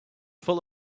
full